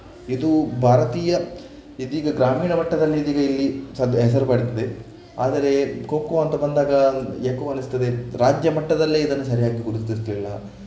ಇದು ಭಾರತೀಯ ಇದೀಗ ಗ್ರಾಮೀಣ ಮಟ್ಟದಲ್ಲಿ ಇದೀಗ ಇಲ್ಲಿ ಸದ್ಯ ಹೆಸರು ಪಡೆದಿದೆ ಆದರೆ ಖೋ ಖೋ ಅಂತ ಬಂದಾಗ ಯಾಕೋ ಅನಿಸ್ತದೆ ರಾಜ್ಯಮಟ್ಟದಲ್ಲೇ ಇದನ್ನು ಸರಿಯಾಗಿ ಗುರುತಿಸಲಿಲ್ಲ